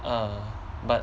err but